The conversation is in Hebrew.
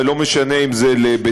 ולא משנה אם זה לבית-ספר,